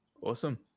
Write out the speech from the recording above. Awesome